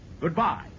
Goodbye